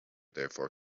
therefore